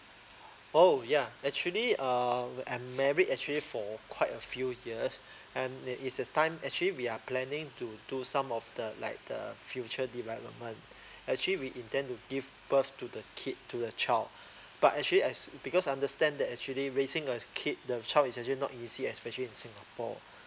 oh ya actually err I'm married actually for quite a few years and it it's time actually we are planning to do some of the like the future development actually we intend to give birth to the kid to a child but actually I because I understand that actually raising a kid the child is actually not easy especially in singapore